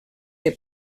del